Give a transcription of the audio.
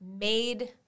made